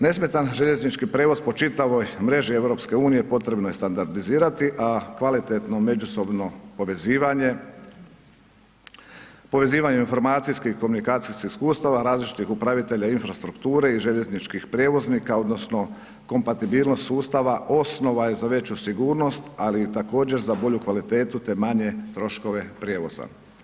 Nesmetan željeznički prijevoz po čitavoj mreži EU-a potrebno je standardizirati a kvalitetno međusobno povezivanje, povezivanje informacijskih i komunikacijskih iskustava, različitih upravitelja infrastrukture i željezničkih prijevoznika odnosno kompatibilnost sustava, osnova je za veću sigurnost ali također i za bolju kvalitetu te manje troškove prijevoza.